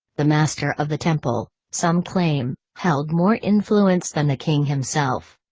the master of the temple, some claim, held more influence than the king himself.